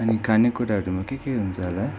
अनि खाने कुराहरूमा के के हुन्छ होला सब